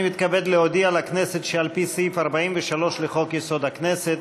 אני מתכבד להודיע לכנסת שעל פי סעיף 43 לחוק-יסוד: הכנסת,